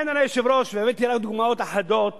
אדוני היושב-ראש, הבאתי רק דוגמאות אחדות,